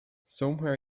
somewhere